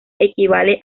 equivale